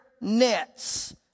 nets